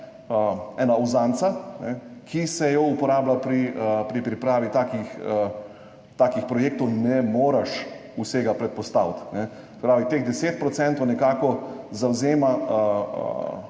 ena uzanca, ki se jo uporablja pri pripravi takih projektov. Ne moreš vsega predpostaviti, se pravi teh 10 % nekako zavzema,